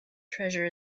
treasure